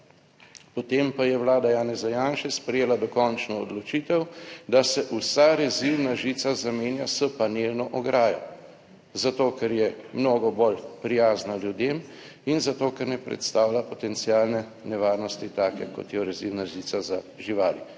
potem pa je vlada Janeza Janše sprejela dokončno odločitev, da se vsa rezilna žica zamenja s panelno ograjo, zato ker je mnogo bolj prijazna ljudem in zato, ker ne predstavlja potencialne nevarnosti take kot jo rezilna žica za živali.